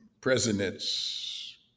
presidents